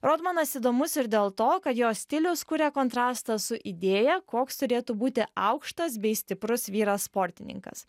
rodmanas įdomus ir dėl to kad jo stilius kuria kontrastą su idėja koks turėtų būti aukštas bei stiprus vyras sportininkas